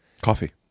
Coffee